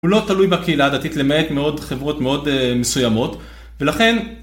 הוא לא תלוי בקהילה הדתית למעט מאוד חברות מאוד מסוימות ולכן.